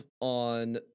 on